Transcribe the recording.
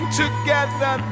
together